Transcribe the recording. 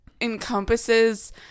encompasses